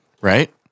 right